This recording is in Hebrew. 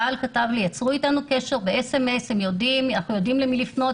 הבעל כתב לי יצרו איתנו קשר במסרון ואמרו שהם יודעים למי לפנות,